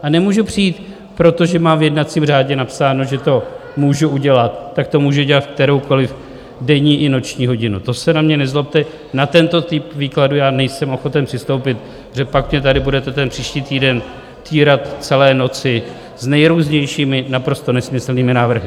A nemůžu přijít proto, že mám v jednacím řádě napsáno, že to můžu udělat, tak to můžu udělat v kteroukoliv denní i noční hodinu, to se na mě nezlobte, na tento typ výkladu já nejsem ochoten přistoupit, protože pak mě tady budete ten příští týden týrat celé noci s nejrůznějšími, naprosto nesmyslnými návrhy.